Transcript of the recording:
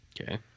Okay